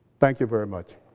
thank you very much.